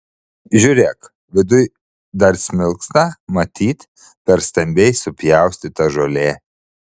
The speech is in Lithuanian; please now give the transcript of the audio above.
žiūrėk viduj dar smilksta matyt per stambiai supjaustyta žolė